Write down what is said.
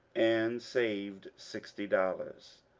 and saved sixty dollars.